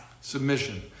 Submission